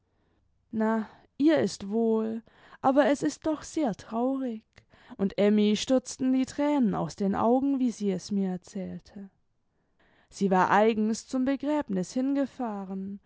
na ihr ist wohl aber cs ist doch sehr traurig und emmy stürzten die tränen aus den augen wie sie es mir erzählte sie war eigens zum begräbnis hingefahren